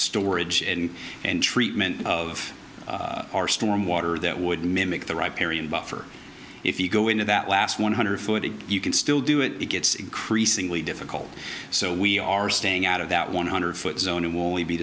storage and and treatment of our stormwater that would mimic the right perry and buffer if you go into that last one hundred forty you can still do it it gets increasingly difficult so we are staying out of that one hundred foot zone and will only be